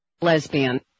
Lesbian